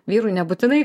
vyrui nebūtinai